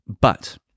But-